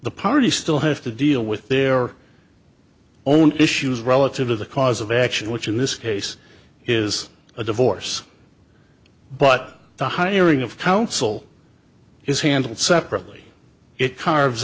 the party still have to deal with their own issues relative to the cause of action which in this case is a divorce but the hiring of counsel is handled separately it carve